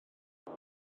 dyma